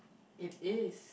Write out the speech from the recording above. it is